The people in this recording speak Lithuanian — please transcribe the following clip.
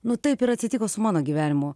nu taip ir atsitiko su mano gyvenimu